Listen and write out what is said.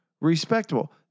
Respectable